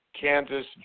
Kansas